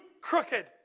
crooked